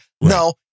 No